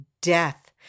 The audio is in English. death